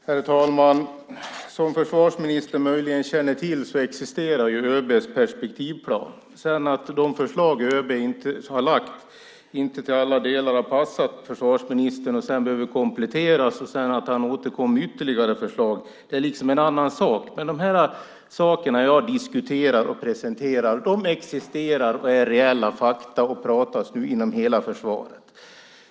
Herr talman! Som försvarsministern möjligen känner till existerar ÖB:s perspektivplan. Att de förslag som ÖB har lagt fram inte till alla delar har passat försvarsministern och behöver kompletteras och att han återkom med ytterligare förslag är en annan sak. Det som jag diskuterar och presenterar är sådant som existerar och det är reella fakta. Det är något som det pratas om inom hela försvaret.